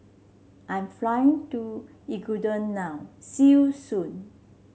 I'm flying to Ecuador now see you soon